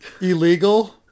illegal